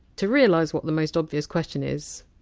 to realize what the most obvious question is,